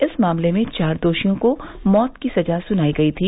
इस मामले में चार दोषियों को मौत की सजा सुनाई गयी थी